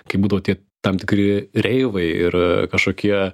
kaip būdavo tie tam tikri reivai ir kažkokie